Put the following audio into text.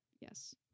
yes